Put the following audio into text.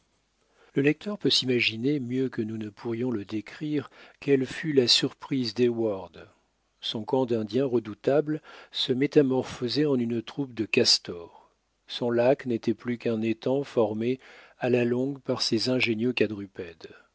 le lecteur peut s'imaginer mieux que nous ne pourrions le décrire quelle fut la surprise d'heyward son camp d'indiens redoutables se métamorphosait en une troupe de castors son lac n'était plus qu'un étang formé à la longue par ces ingénieux quadrupèdes